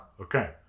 Okay